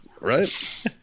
Right